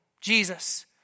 Jesus